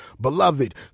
Beloved